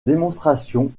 démonstration